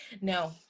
No